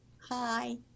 Hi